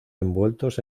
envueltos